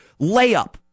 layup